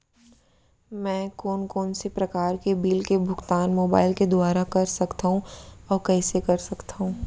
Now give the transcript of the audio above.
मैं कोन कोन से प्रकार के बिल के भुगतान मोबाईल के दुवारा कर सकथव अऊ कइसे कर सकथव?